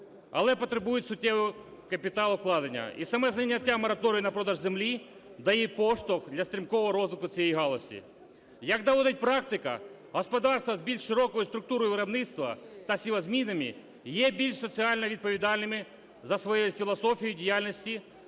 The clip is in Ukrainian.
але потребують суттєвого капіталовкладення. І саме зняття мораторію на продаж землі дає поштовх для стрімкого розвитку цієї галузі. Як доводить практика, господарства з більш широкою структурою виробництва та сівозмінами є більш соціально відповідальними за своєю філософією діяльності,